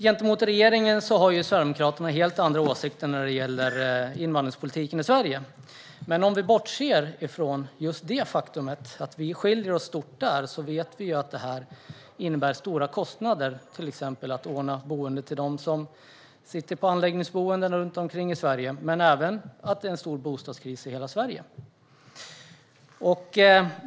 Sverigedemokraterna har helt andra åsikter än regeringen om invandringspolitiken i Sverige. Men om vi bortser från det faktum att vi skiljer oss åt mycket där vet vi att det innebär stora kostnader att till exempel ordna boende till dem som sitter på anläggningsboenden runt om i Sverige och även att det är en stor bostadskris i hela Sverige.